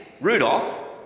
Rudolph